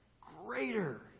greater